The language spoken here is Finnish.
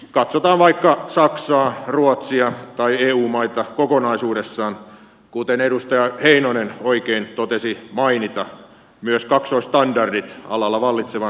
katsotaan vaikka saksaa ruotsia tai eu maita kokonaisuudessaan kuten edustaja heinonen oikein totesi ja mainitsi myös kaksoisstandardit alalla vallitsevan kaksinaismoraalin